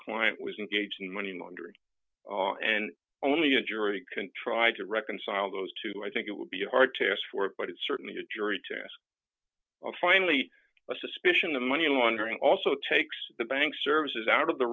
client was engaged in money laundering and only a jury can try to reconcile those two i think it would be hard to ask for it but it's certainly a jury to ask finally a suspicion of money laundering also takes the bank services out of the